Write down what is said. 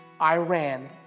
Iran